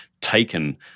taken